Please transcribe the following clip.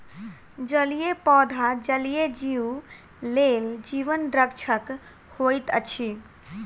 जलीय पौधा जलीय जीव लेल जीवन रक्षक होइत अछि